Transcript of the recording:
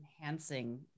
enhancing